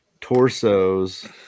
torsos